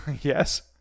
Yes